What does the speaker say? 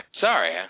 sorry